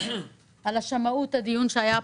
על השמאות הדיון שהיה פה,